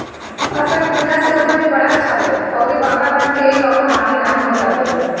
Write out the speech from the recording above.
फसल विविधता से उपज भी बढ़त हवे अउरी वातवरण के भी कवनो हानि नाइ होत हवे